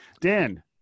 dan